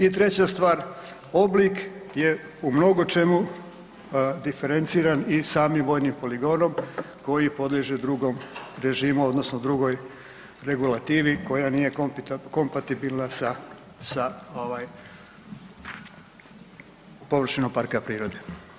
I treća stvar, oblik je u mnogo čemu diferenciran i samim vojnim poligonom koji podliježe drugom režimu odnosno drugoj regulativi koja nije kompatibilna sa, sa ovaj površinom parka prirode.